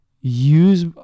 use